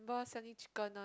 boss selling chicken one